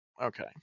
Okay